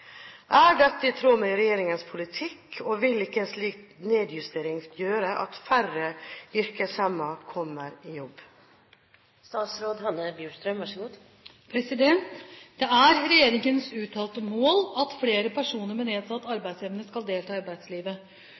Er dette i tråd med regjeringens politikk, og vil ikke en slik nedjustering gjøre at færre yrkeshemmede kommer i jobb?» Det er regjeringens uttalte mål at flere personer med nedsatt arbeidsevne skal delta i arbeidslivet.